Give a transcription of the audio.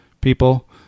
people